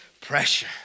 pressure